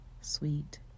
sweet